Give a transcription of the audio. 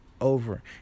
over